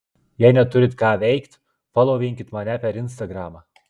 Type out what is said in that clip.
jei neturit ką veikt folovinkit mane per instagramą